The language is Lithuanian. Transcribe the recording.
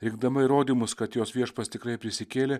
rinkdama įrodymus kad jos viešpats tikrai prisikėlė